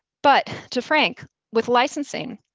but to frank, with licensing,